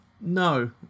No